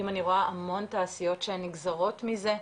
אם אני רואה המון תעשיות שנגזרות מזה,